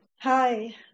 Hi